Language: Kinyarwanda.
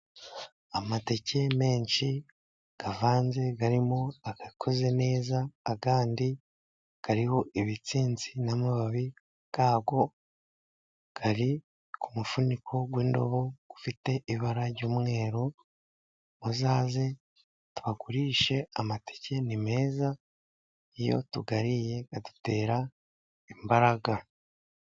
Amateke menshi avanze arimo ayakoze neza, ayandi ariho ibitsinsi n'amababi yako ari ku mufuniko w'indobo ifite ibara ry'umweru. Muzaze tubagurishe amateke ni meza, iyo tuyariye adutera imbaraga.